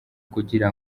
kugira